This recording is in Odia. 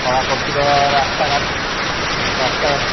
କଳାକୃତିର ରାସ୍ତାଘାଟ ରାସ୍ତାଘାଟ